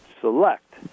select